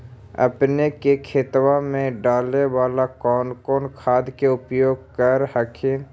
अपने के खेतबा मे डाले बाला कौन कौन खाद के उपयोग कर हखिन?